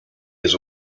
has